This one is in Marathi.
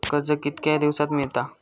कर्ज कितक्या दिवसात मेळता?